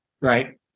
Right